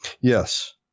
Yes